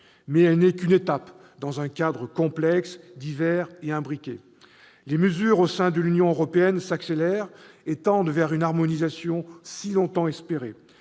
mais elle n'est qu'une étape dans un cadre complexe, divers et imbriqué. Les mesures s'accélèrent au sein de l'Union européenne et tendent vers une harmonisation si longtemps espérée.